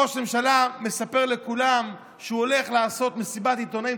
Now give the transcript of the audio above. ראש ממשלה מספר לכולם שהוא הולך לעשות מסיבת עיתונאים,